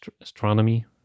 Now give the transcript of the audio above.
astronomy